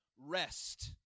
rest